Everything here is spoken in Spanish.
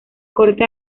corte